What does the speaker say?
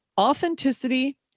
authenticity